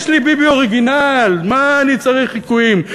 יש לי ביבי אורגינל, מה אני צריך חיקויים?